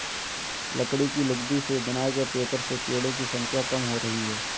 लकड़ी की लुगदी से बनाए गए पेपर से पेङो की संख्या कम हो रही है